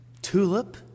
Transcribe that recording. Tulip